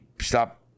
stop